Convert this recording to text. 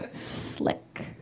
Slick